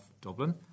Dublin